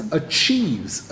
achieves